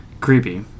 Creepy